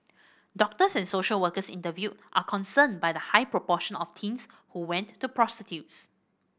doctors and social workers interviewed are concerned by the high proportion of teens who went to prostitutes